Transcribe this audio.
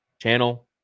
channel